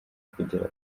kugera